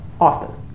often